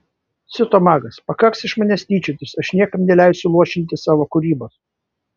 siuto magas pakaks iš manęs tyčiotis aš niekam neleisiu luošinti savo kūrybos